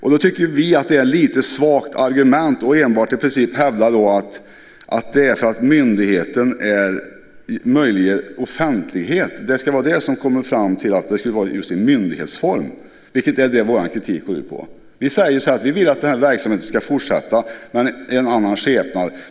Vi tycker att det är ett lite svagt argument att enbart hävda att det är för att myndigheten möjliggör offentlighet som man kommit fram till att det ska vara i just myndighetsform. Det är vad vår kritik går ut på. Vi vill att verksamheten ska fortsätta men i en annan skepnad.